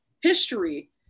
history